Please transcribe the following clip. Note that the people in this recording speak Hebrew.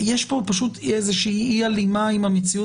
יש פה פשוט איזושהי אי הלימה עם המציאות